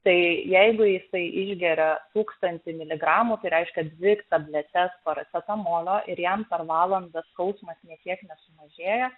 tai jeigu jisai išgeria tūkstantį miligramų tai reiškia dvi tabletes paracetamolio ir jam per valandą skausmas nė kiek nesumažėjo